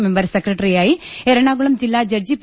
member സെക്രട്ടറിയായി എറണാകുളം ജില്ലാ judge P